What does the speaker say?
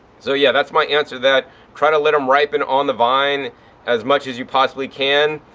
so yeah, that's my answer. that try to let them ripen on the vine as much as you possibly can.